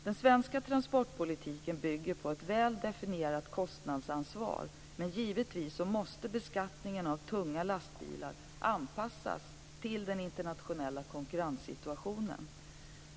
Den svenska transportpolitiken bygger på ett väl definierat kostnadsansvar, men givetvis måste beskattningen av tunga lastbilar anpassas till den internationella konkurrenssituationen.